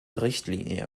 richtlinie